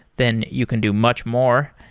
then you can do much more.